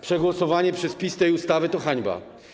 Przegłosowanie przez PiS tej ustawy to hańba.